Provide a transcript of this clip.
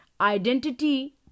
Identity